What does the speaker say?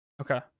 Okay